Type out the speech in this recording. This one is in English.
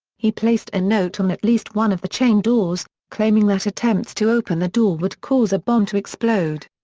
he placed a note on at least one of the chained doors, claiming that attempts to open the door would cause a bomb to explode.